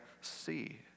see